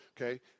Okay